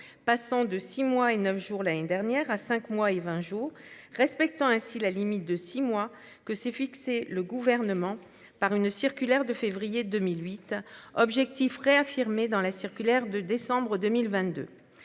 passant de 6 mois et neuf jours l'année dernière à cinq mois et 20 jours, respectant ainsi la limite de six mois que s'est fixé le gouvernement, par une circulaire de février 2008, objectif réaffirmé dans la circulaire de décembre 2022.